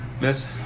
Miss